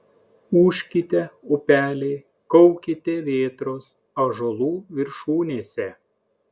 ūžkite upeliai kaukite vėtros ąžuolų viršūnėse